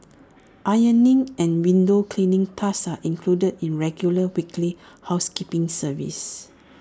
ironing and window cleaning tasks are included in regular weekly housekeeping service